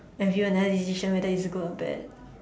and view another decision whether is it good or bad